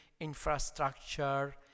infrastructure